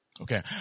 Okay